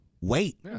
wait